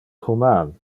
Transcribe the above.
human